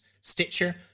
Stitcher